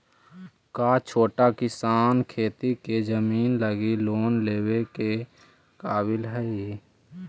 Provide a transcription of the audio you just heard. का छोटा किसान खेती के जमीन लगी लोन लेवे के काबिल हई?